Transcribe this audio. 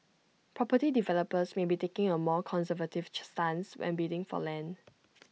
property developers may be taking A more conservative stance when bidding for land